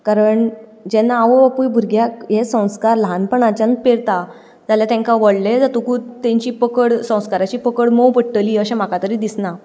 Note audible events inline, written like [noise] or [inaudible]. कारण जेन्ना आवय बापूय भुरग्याक हें संस्कार ल्हानपणाच्यान [unintelligible] जाल्यार तेंकां व्हडले जातकूच तेंची पकड संस्कारांची पकड मोव पडटली अशें म्हाका तरी दिसना